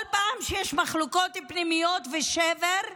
כל פעם שיש מחלוקות פנימיות ושבר,